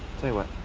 tell you what.